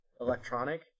electronic